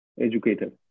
educator